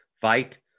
fight